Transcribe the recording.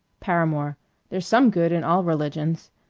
paramore there's some good in all religions.